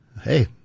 Hey